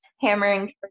hammering